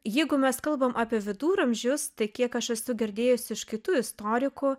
jeigu mes kalbam apie viduramžius tai kiek aš esu girdėjusi iš kitų istorikų